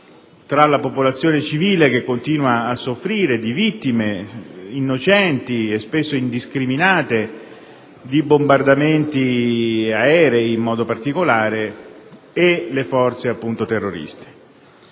tra la popolazione civile, che continua a soffrire di vittime innocenti e spesso indiscriminate di bombardamenti aerei in modo particolare, e le forze terroriste.